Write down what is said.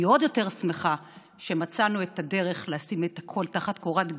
אני עוד יותר שמחה שמצאנו את הדרך לשים את הכול תחת קורת גג,